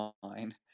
fine